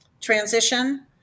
transition